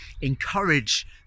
encourage